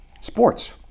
Sports